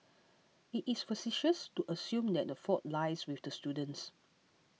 it is facetious to assume that the fault lies with the students